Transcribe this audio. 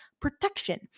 protection